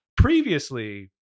Previously